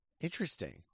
interesting